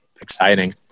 exciting